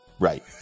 right